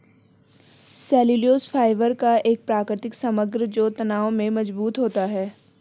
cellulose fibre का एक प्राकृतिक समग्र जो तनाव में मजबूत होता है